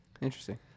Interesting